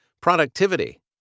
Productivity